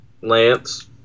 Lance